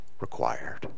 required